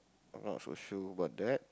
I'm not so sure about that